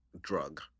drug